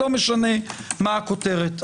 לא משנה מה הכותרת.